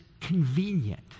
convenient